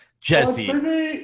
Jesse